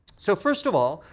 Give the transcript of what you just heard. so first of all,